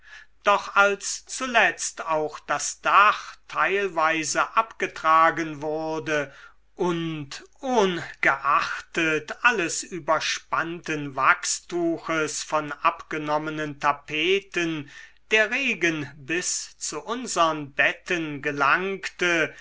doch als zuletzt auch das dach teilweise abgetragen wurde und ohngeachtet alles übergespannten wachstuches von abgenommenen tapeten der regen bis zu unsern betten gelangte